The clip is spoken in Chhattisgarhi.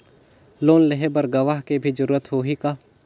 लोन लेहे बर गवाह के भी जरूरत होही का?